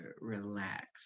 Relax